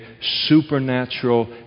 supernatural